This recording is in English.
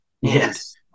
Yes